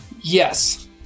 Yes